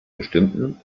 bestimmten